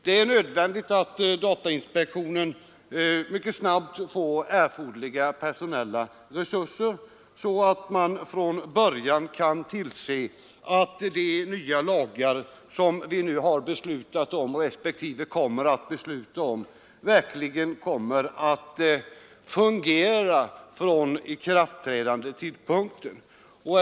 Det är nödvändigt att datainspektionen mycket snabbt får erforderliga personella resurser, så att man från början kan tillse att de nya lagar som vi nu har beslutat om, respektive skall besluta om, verkligen kommer att fungera från tidpunkten för ikraftträdandet.